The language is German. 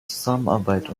zusammenarbeit